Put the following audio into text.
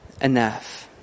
enough